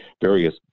various